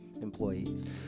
employees